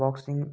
boxing